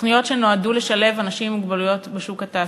תוכניות שנועדו לשלב אנשים עם מוגבלויות בשוק התעסוקה,